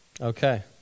okay